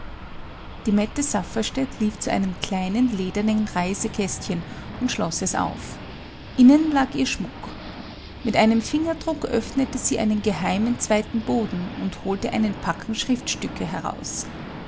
die mette safferstätt lief zu einem kleinen ledernen reisekästchen und schloß es auf innen lag ihr schmuck mit einem fingerdruck öffnete sie einen geheimen zweiten boden und holte einen packen schriftstücke heraus